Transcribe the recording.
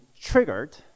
triggered